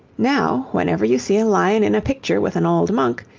now, whenever you see a lion in a picture with an old monk,